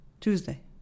Tuesday